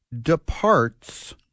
departs